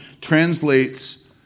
translates